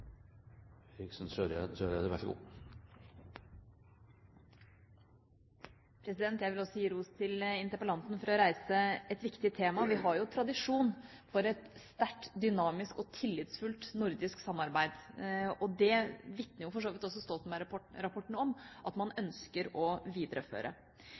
Jeg vil også gi ros til interpellanten for å reise et viktig tema. Vi har tradisjon for et sterkt, dynamisk og tillitsfullt nordisk samarbeid. Det vitner for så vidt også Stoltenberg-rapporten om at man ønsker å videreføre.